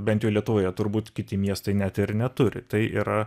bent jau lietuvoje turbūt kiti miestai net ir neturi tai yra